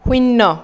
শূন্য